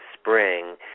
spring